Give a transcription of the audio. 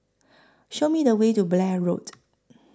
Show Me The Way to Blair Road